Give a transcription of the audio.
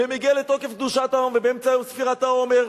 ומגיע לתוקף קדושת היום, ובאמצע ספירת העומר,